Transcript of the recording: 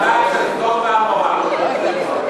הוועדה למאבק בסדום ועמורה.